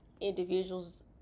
individuals